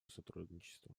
сотрудничества